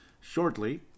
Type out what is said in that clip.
shortly